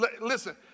listen